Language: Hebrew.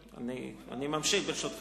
אדוני היושב-ראש,